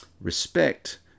respect